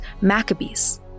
Maccabees